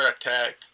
attack